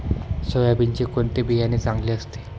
सोयाबीनचे कोणते बियाणे चांगले असते?